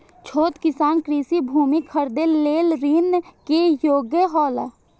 छोट किसान कृषि भूमि खरीदे लेल ऋण के योग्य हौला?